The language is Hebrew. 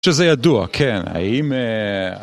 שזה ידוע, כן, האם...